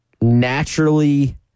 naturally